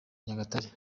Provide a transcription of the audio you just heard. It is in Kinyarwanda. nyagatare